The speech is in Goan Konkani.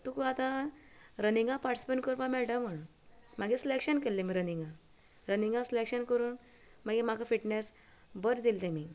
तुका आतां रनींगाक पार्टीसीपेट करपाक मेळटा म्हुण मागीर सीलेक्शन केल्ले तेमी रनींगाक रनींगाक सीलेक्शन करून मागीर म्हाका फिटनेस बरें दिले तेमी